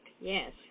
Yes